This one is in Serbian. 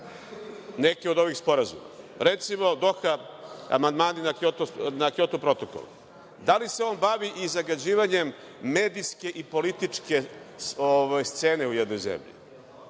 neke od ovih sporazuma. Recimo, Doha amandmani na Kjoto protokol, da li se on bavi i zagađivanjem medijske i političke scene u jednoj zemlji?